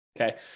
okay